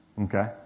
Okay